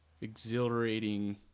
exhilarating